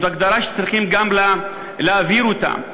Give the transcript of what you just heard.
זאת הגדרה שצריכים גם להבהיר אותה,